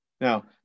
Now